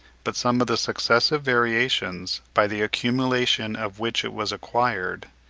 but some of the successive variations, by the accumulation of which it was acquired,